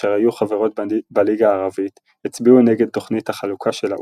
אשר היו חברות בליגה הערבית הצביעו נגד תוכנית החלוקה של האו"ם.